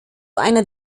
einer